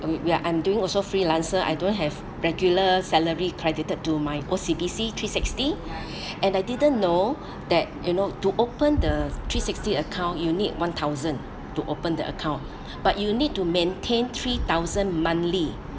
um we're I'm doing also freelancer I don't have regular salary credited to my O_C_B_C three sixty and I didn't know that you know to open the three sixty account you need one thousand to open the account but you'll need to maintain three thousand monthly